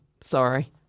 sorry